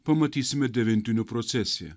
pamatysime devintinių procesiją